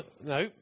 No